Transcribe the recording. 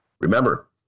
remember